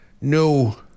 No